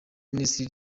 minisitiri